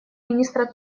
министра